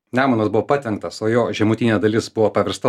nemunas buvo patvenktas o jo žemutinė dalis buvo paversta